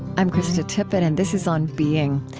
i'm krista tippett, and this is on being.